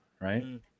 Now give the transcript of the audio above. Right